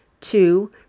Two